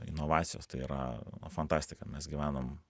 inovacijos tai yra fantastika mes gyvenam